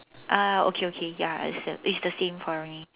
ah okay okay ya it's the it's the same for me